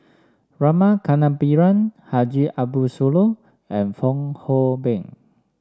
Rama Kannabiran Haji Ambo Sooloh and Fong Hoe Beng